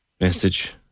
message